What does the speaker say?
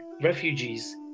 refugees